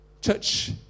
Church